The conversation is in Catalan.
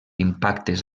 impactes